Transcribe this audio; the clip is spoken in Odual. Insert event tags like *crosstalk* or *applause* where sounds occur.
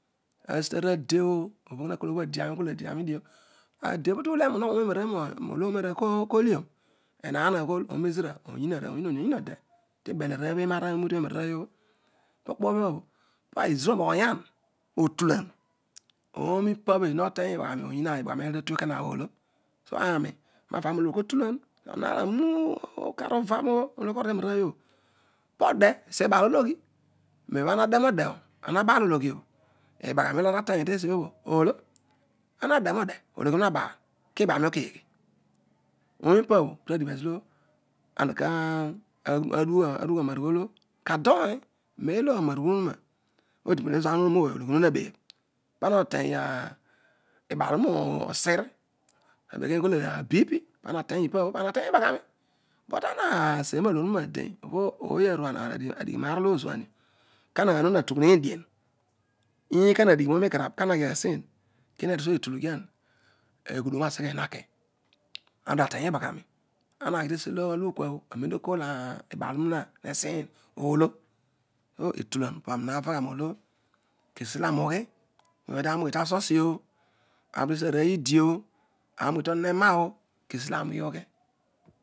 Asitarade oh obho nakoa obho adean obho adeami dio ade obho umogiho noo ne nororoy obho koliun enaal aghol oonezira ouyii obin no ouyii ode ti bel arooy unaar uroudium tenararooy obho tokepoibha bo kezira onaghoyan otulan oomi pa bho ezira moteny iba ghianiobho ouyi ibagha ni olo tetuwa ekona oblo so aani kava nelo ezira ko tu lan *hesitation* anukagh na vo nolo ukaru nero obho ana hjademode bho ama baal ologhiobho ibagha ni olo anata teny tesho bhobho oolo ana deno de ologhiohune naz baal ki baghanio bho keghei oonipa pohodighi nezolo ana ka rugha narugh olo ka toin ne lo anoarugh onuroa hatugh kanen kanen ologh oonuna na bebh pana oteny ah ibaar ohin ma osir abekeny ighool abi pi bp ana teny ipabhho pana na tyeng llbaghani but ana seri no loor obuna den ooy enru adiughi naar olo ozirah dio kana amoh atughiina dien eghe kana adigh noor nikan abh kana aghaseh kena erusuo etulughiah aghudu nobho saseghehi naki ana oruedio atay iibaghanii, ana aghi tesido alukua oh anem olo tokoor ibaar onuna hesiny oolo po etulah ani havagha nolo kesiolo aoni ughi wether aniughi ta susioh ami ughi tesiolo arooy ldio ani ughi tonon ena kesikesi anrughi